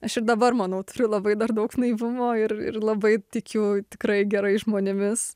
aš ir dabar manau turiu labai dar daug naivumo ir ir labai tikiu tikrai gerais žmonėmis